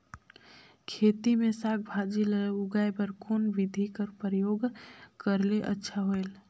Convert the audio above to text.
खेती मे साक भाजी ल उगाय बर कोन बिधी कर प्रयोग करले अच्छा होयल?